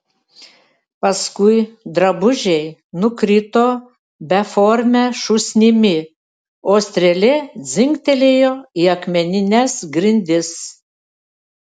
paskui drabužiai nukrito beforme šūsnimi o strėlė dzingtelėjo į akmenines grindis